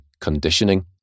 conditioning